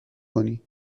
کنی